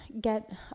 get